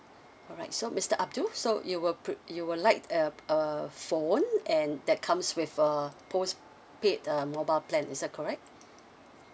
alright so mister abdul so you will pre~ you would like uh uh phone and that comes with a postpaid uh mobile plan is that correct